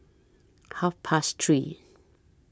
Half Past three